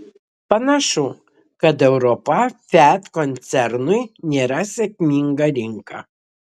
panašu kad europa fiat koncernui nėra sėkminga rinka